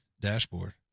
dashboard